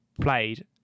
played